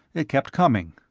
it kept coming.